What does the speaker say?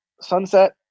sunset